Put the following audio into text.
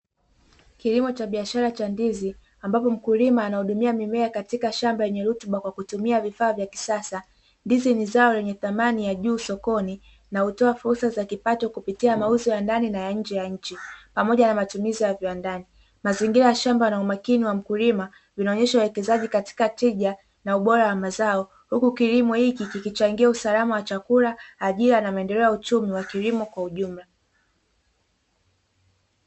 Kilimo cha biashara cha ndizi ambapo mkulima anahudumia mimea katika shamba yenye rutuba kwa kutumia vifaa vya kisasa, ndizi ni zao lenye thamani ya juu sokoni na utoa fursa za kipato kupitia mauzo ya ndani na ya nje ya nchi, pamoja na matumizi ya viwandani, mazingira ya shamba na umakini wa mkulima vinaonyesha wawekezaji katika tija na ubora wa mazao, huku kilimo hiki kikichangia usalama wa chakula ajira na maendeleo ya uchumi wa kilimo kwa ujumla.